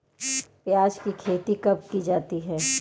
प्याज़ की खेती कब की जाती है?